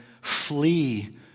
flee